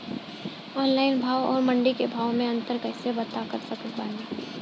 Online भाव आउर मंडी के भाव मे अंतर कैसे पता कर सकत बानी?